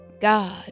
God